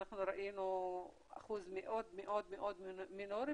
אנחנו ראינו אחוז מאוד מאוד מינורי,